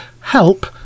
help